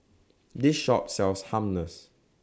This Shop sells Hummus